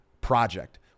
project